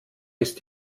ist